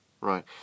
Right